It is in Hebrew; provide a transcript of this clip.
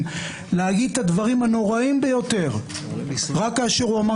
החוק הזה נועד להגן על ראש ממשלה להמשיך